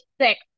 six